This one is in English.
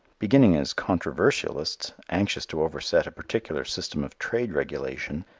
beginning as controversialists anxious to overset a particular system of trade regulation,